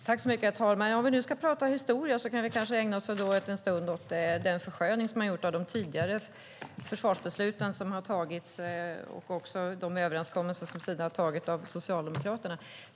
Herr talman! Om vi nu ska prata historia kanske vi kan ägna en stund åt den försköning som har gjorts av de tidigare försvarsbesluten som har tagits och också de överenskommelser som har gjorts av Socialdemokraterna.